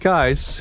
Guys